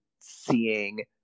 seeing